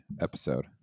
episode